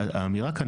האמירה כאן,